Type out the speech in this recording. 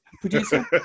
producer